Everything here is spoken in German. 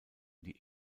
die